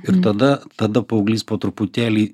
ir tada tada paauglys po truputėlį